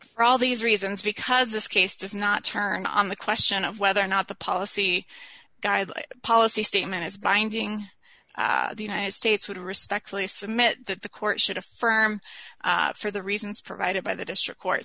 for all these reasons because this case does not turn on the question of whether or not the policy guide policy statement is binding the united states would respectfully submit that the court should affirm for the reasons provided by the district court